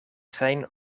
zijn